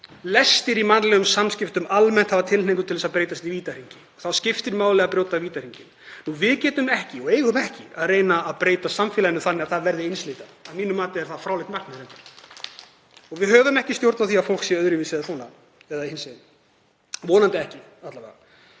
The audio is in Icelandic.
Lestir í mannlegum samskiptum almennt hafa tilhneigingu til að breytast í vítahring og þá skiptir máli að brjótast út úr vítahringnum. Við getum ekki og eigum ekki að reyna að breyta samfélaginu þannig að það verði einsleitt. Að mínu mati er það reyndar fráleitt markmið. Við höfum ekki stjórn á því að fólk sé öðruvísi eða svona eða hinsegin, vonandi ekki alla vega.